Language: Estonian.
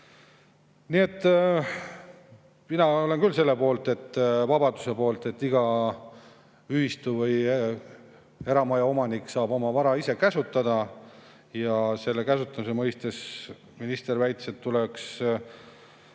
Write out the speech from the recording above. laenu. Mina olen küll selle poolt – vabaduse poolt –, et iga ühistu või eramaja omanik saaks oma vara ise käsutada. Selle käsutamise mõistes minister väitis, et tuleks